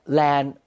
land